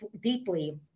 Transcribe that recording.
deeply